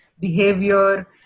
behavior